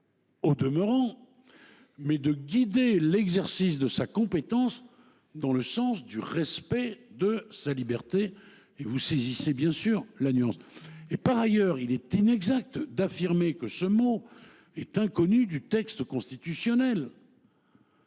au demeurant, mais de guider l’exercice de sa compétence dans le sens du respect de sa liberté. Vous saisissez bien sûr la nuance. Par ailleurs, il est inexact d’affirmer que ce mot est inconnu du texte constitutionnel.